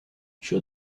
show